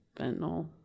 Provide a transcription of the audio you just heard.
fentanyl